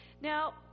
Now